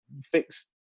fix